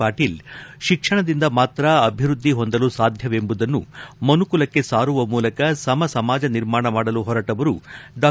ಪಾಟೀಲ್ ಶಿಕ್ಷಣದಿಂದ ಮಾತ್ರ ಅಭಿವೃದ್ದಿ ಹೊಂದಲು ಸಾಧ್ಯವೆಂಬುದನ್ನು ಮನುಕುಲಕ್ಷೆ ಸಾರುವ ಮೂಲಕ ಸಮ ಸಮಾಜ ನಿರ್ಮಾಣ ಮಾಡಲು ಹೊರಟವರು ಡಾ